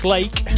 Lake